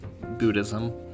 Buddhism